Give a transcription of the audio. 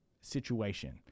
situation